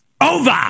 over